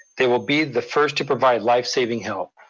they will be the first to provide life-saving help.